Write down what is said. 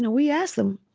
we ask them,